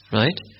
right